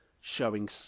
showing